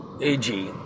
AG